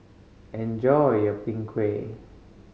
enjoy your Png Kueh